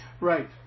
Right